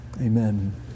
Amen